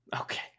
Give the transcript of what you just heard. Okay